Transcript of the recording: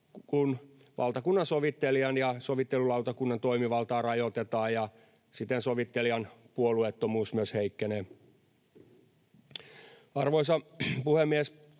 kun valtakunnansovittelijan ja sovittelulautakunnan toimivaltaa rajoitetaan ja siten sovittelijan puolueettomuus myös heikkenee. Arvoisa puhemies!